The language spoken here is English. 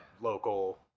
local